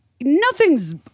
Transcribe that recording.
nothing's